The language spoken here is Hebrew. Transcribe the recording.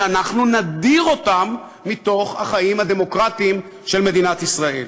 אנחנו נדיר אותם מהחיים הדמוקרטיים של מדינת ישראל.